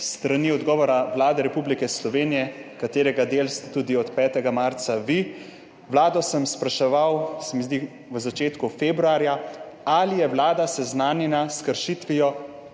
odgovora Vlade Republike Slovenije, katerega del ste od 5. marca tudi vi. Vlado sem spraševal, se mi zdi, da v začetku februarja, ali je Vlada seznanjena s kršitvijo